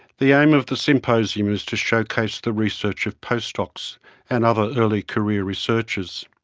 the aim of the symposium is to showcase the research of postdocs and other early career researchers.